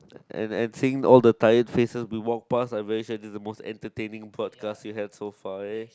and and seeing all the tired face to walk pass I will say this is the most entertaining podcast you have so far eh